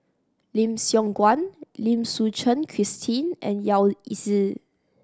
Lim Siong Guan Lim Suchen Christine and Yao Zi